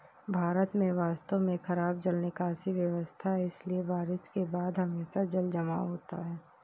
भारत में वास्तव में खराब जल निकासी व्यवस्था है, इसलिए बारिश के बाद हमेशा जलजमाव होता है